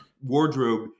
wardrobe